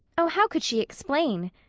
oh, how could she explain?